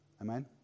Amen